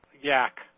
yak